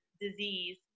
disease